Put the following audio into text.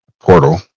portal